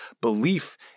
belief